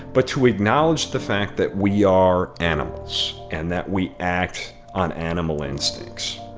but to acknowledge the fact that we are animals and that we act on animal instincts